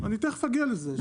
אני תיכף אגיע לזה.